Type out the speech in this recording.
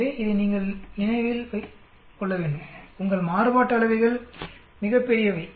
எனவே இதை நீங்கள் நினைவில் கொள்ள வேண்டும் உங்கள் மாறுபாட்டு அளவைகள் மிகப் பெரியவை